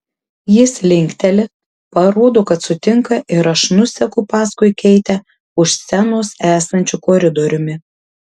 jis linkteli parodo kad sutinka ir aš nuseku paskui keitę už scenos esančiu koridoriumi